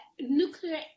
Nuclear